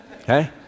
okay